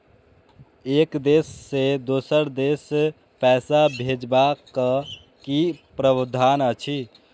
एक देश से दोसर देश पैसा भैजबाक कि प्रावधान अछि??